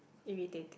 irritating